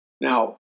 Now